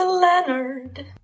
Leonard